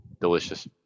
Delicious